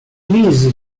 please